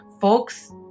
Folks